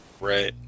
Right